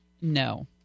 No